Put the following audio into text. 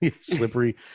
Slippery